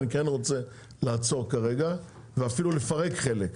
אני כן רוצה לעצור כרגע ואפילו לפרק חלק,